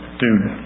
dude